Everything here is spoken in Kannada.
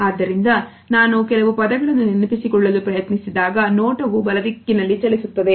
ಆದ್ದರಿಂದ ನಾನು ಕೆಲವು ಪದಗಳನ್ನು ನೆನಪಿಸಿಕೊಳ್ಳಲು ಪ್ರಯತ್ನಿಸಿದಾಗ ನೋಟವು ಬಲ ದಿಕ್ಕಿನಲ್ಲಿ ಚಲಿಸುತ್ತದೆ